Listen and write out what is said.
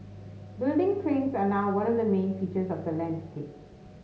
building cranes are now one of the main features of the landscape